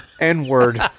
n-word